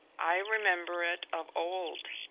i remember it of old.